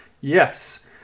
Yes